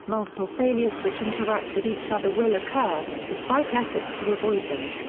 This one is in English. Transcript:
multiple failures which interact with each other will occur, despite efforts to avoid them.